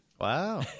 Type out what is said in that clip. Wow